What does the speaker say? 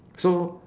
so